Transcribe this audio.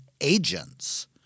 agents